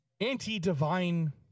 anti-divine